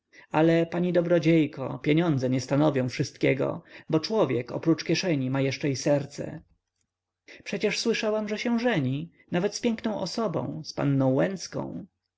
ale pani dobrodziejko pieniądze nie stanowią wszystkiego bo człowiek oprócz kieszeni ma jeszcze i serce przecież słyszałam że się żeni nawet z piękną osobą z